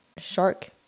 shark